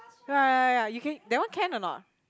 ya ya ya U_K that one can or not